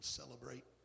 celebrate